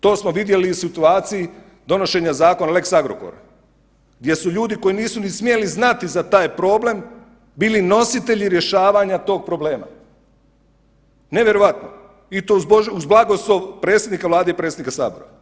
To smo vidjeli i u situaciji donošenja zakona o lex Agrokoru gdje su ljudi koji nisu ni smjeli znati za taj problem bili nositelji rješavanja tog probleme, nevjerojatno i to uz blagoslov predsjednika Vlade i predsjednika sabora.